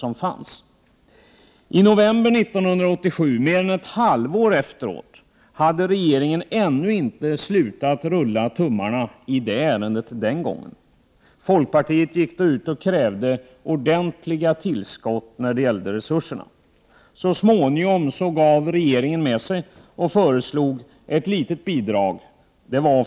I november 1987 — mer än ett halvår senare — hade regeringen ännu inte slutat att rulla tummarna när det gällde detta ärende den gången. Folkpartiet gick då ut och krävde ordentliga resurstillskott. För drygt ett år sedan gav regeringen med sig och föreslog ett litet bidrag.